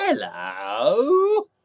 Hello